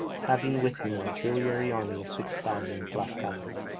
having with him an auxiliary army of six thousand tlascalans.